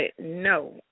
no